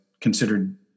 considered